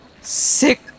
sick